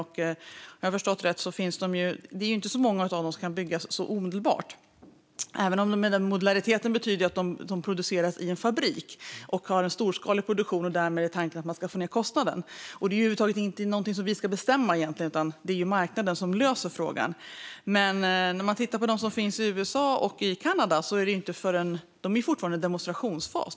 Om jag har förstått det rätt är det inte så många av dem som kan byggas omedelbart, även om modulariteten innebär att de produceras i en fabrik med storskalig produktion och tanken därmed är att man ska få ned kostnaden. Detta är egentligen inte över huvud taget något som vi ska bestämma, utan det är marknaden som löser frågan. Men de som finns i USA och Kanada befinner sig fortfarande i en demonstrationsfas.